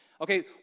Okay